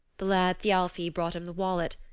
the lad thialfi brought him the wallet.